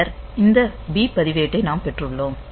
பின்னர் இந்த B பதிவேட்டை நாம் பெற்றுள்ளோம்